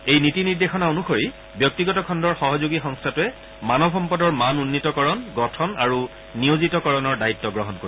এই নীতি নিৰ্দেশনা অনুসৰি ব্যক্তিগত খণ্ডৰ সহযোগী সংস্থাটোৱে মানৱ সম্পদৰ মান উন্নীতকৰণ গঠন আৰু নিয়োজিতকৰণৰ দায়িত্ব গ্ৰহণ কৰিব